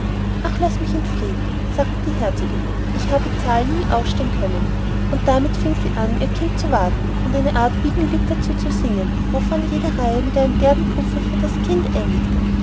ach laß mich in frieden sagte die herzogin ich habe zahlen nie ausstehen können und damit fing sie an ihr kind zu warten und eine art wiegenlied dazu zu singen wovon jede reihe mit einem derben puffe für das kind endigte